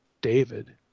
David